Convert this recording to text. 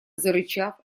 зарычав